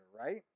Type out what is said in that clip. right